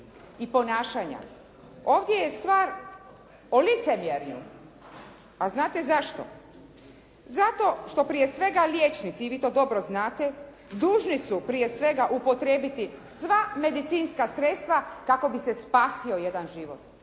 i ponašanja. Ovdje je stvar o licemjerju. A znate zašto? Zato što prije svega liječnici i vi to dobro znate dužni su prije svega upotrijebiti sva medicinska sredstva kako bi se spasio jedan život,